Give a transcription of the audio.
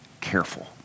careful